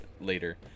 later